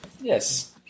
Yes